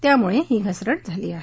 त्यामुळे ही घसरण झाली आहे